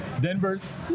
Denver's